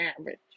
average